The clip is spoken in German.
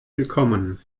willkommen